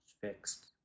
fixed